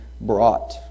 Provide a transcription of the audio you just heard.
brought